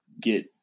get